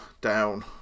down